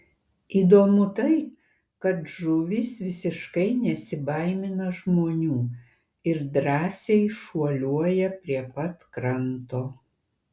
įdomu tai kad žuvys visiškai nesibaimina žmonių ir drąsiai šuoliuoja prie pat kranto